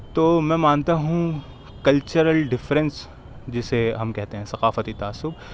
تو میں مانتا ہوں کلچرل ڈیفرینس جسے ہم کہتے ہیں ثقافتی تعصب